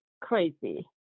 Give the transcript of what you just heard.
crazy